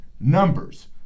numbers